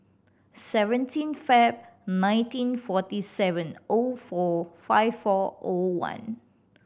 seventeen Feb nineteen forty seven O four five four O one